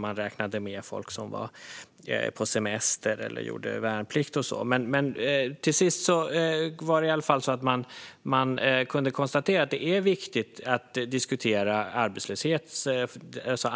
Man räknade med folk som var på semester eller gjorde värnplikt eller så. Till sist kunde man i alla fall konstatera att det är viktigt att diskutera arbetslöshet och